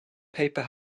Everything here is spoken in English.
paper